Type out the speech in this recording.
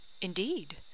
Indeed